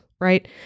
Right